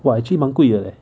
!wah! actually 蛮贵的 leh